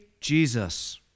Jesus